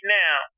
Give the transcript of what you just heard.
now